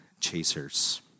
Chasers